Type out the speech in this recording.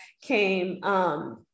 came